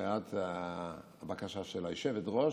ומפאת הבקשה של היושבת-ראש,